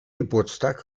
geburtstag